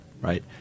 right